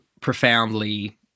profoundly